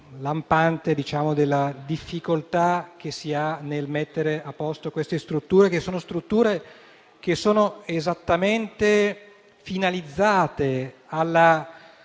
lampante della difficoltà che si ha nel mettere a posto queste strutture: strutture che sono esattamente finalizzate alla